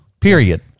period